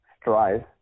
strive